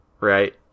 Right